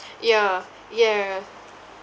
yeah yeah